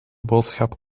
boodschap